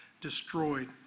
destroyed